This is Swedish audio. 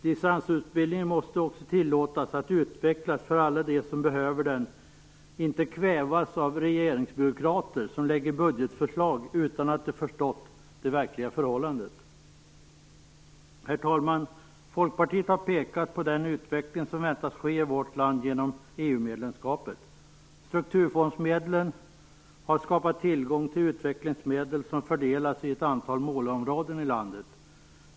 Distansutbildningen måste också tillåtas att utvecklas för alla dem som behöver den och inte kvävas av regeringsbyråkrater som lägger fram budgetförslag utan att de har förstått det verkliga förhållandet. Herr talman! Folkpartiet har pekat på den utveckling som väntas ske i vårt land genom EU medlemskapet. Strukturfondsmedlen har skapat tillgång till utvecklingsmedel som fördelas i ett antal målområden i landet.